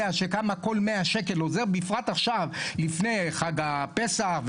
כמה כל 100 שקל עוזר בפרט עכשיו לפני חג הפסח,